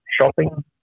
shopping